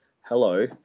Hello